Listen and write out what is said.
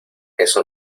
eso